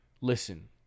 Listen